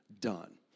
Done